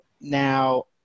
now